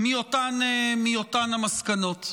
מאותן המסקנות.